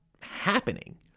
happening